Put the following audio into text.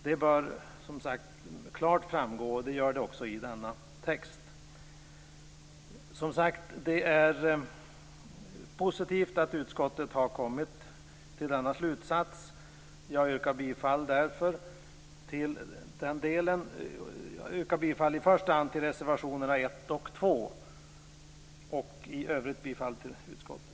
Det bör som sagt klart framgå, och det gör det också i denna text. Det är positivt att utskottet har kommit till denna slutsats. Jag yrkar i första hand bifall till reservationerna 1 och 2 och i övrigt till utskottets hemställan.